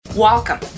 Welcome